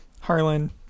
Harlan